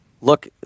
Look